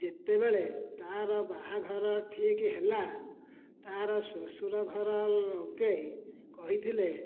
ଯେତେବେଳେ ତା'ର ବାହାଘର ଠିକ ହେଲା ତା'ର ଶ୍ୱଶୁର ଘର ଲୋକେ କହିଥିଲେ